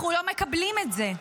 אנחנו לא מקבלים את זה,